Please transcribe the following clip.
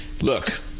Look